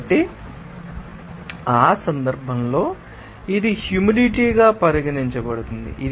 కాబట్టి ఆ సందర్భంలో ఇది హ్యూమిడిటీ గా పరిగణించబడుతుంది